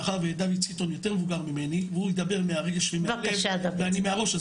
מאחר ודוד סיטון יותר מבוגר ממני והוא ידבר מהרגש ומהלב ואני מהראש,